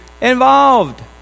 involved